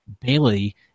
Bailey